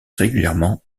régulièrement